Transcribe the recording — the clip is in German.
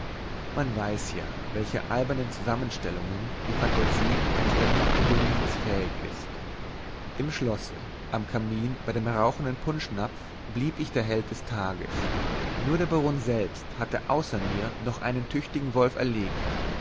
man weiß ja welcher albernen zusammenstellungen die fantasie eines verliebten jünglings fähig ist im schlosse am kamin bei dem rauchenden punschnapf blieb ich der held des tages nur der baron selbst hatte außer mir noch einen tüchtigen wolf erlegt